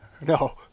no